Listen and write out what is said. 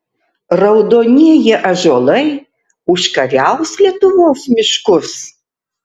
raudonieji ąžuolai užkariaus lietuvos miškus